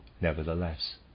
nevertheless